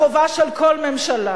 החובה של כל ממשלה,